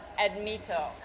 admito